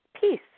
Peace